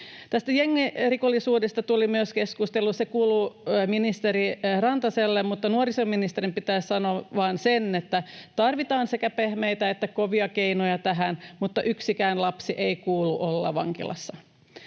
jengirikollisuudesta tuli keskustelua. Se kuuluu ministeri Rantaselle. Nuorisoministerin pitää sanoa vain se, että tarvitaan sekä pehmeitä että kovia keinoja tähän. Mutta yhdenkään lapsen ei kuulu olla vankilassa.